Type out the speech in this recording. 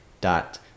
dot